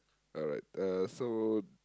alright uh so